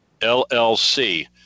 LLC